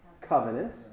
covenant